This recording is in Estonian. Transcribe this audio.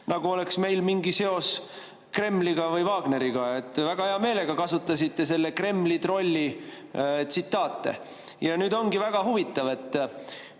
nagu oleks meil mingi seos Kremliga või Wagneriga. Väga hea meelega kasutasite selle Kremli trolli tsitaate. Nüüd ongi väga huvitav, et